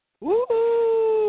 woo